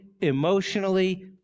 emotionally